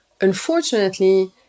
Unfortunately